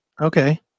Okay